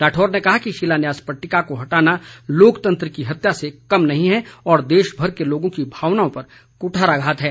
राठौर ने कहा कि शिलान्यास पटिटका को हटाना लोकतंत्र की हत्या से कम नहीं है और देशभर के लोगों की भावनाओं पर कुठाराघात हैं